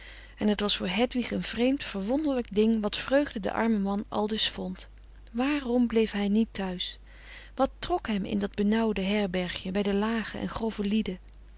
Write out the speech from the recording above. en het was voor hedwig een vreemd verwonderlijk ding wat vreugde de arme man aldus vond waarom bleef hij niet thuis wat trok hem in dat benauwde herbergje bij de lage en grove lieden